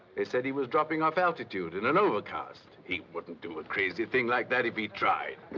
they said he was dropping off altitude in an overcast. he wouldn't do a crazy thing like that if he tried.